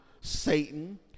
Satan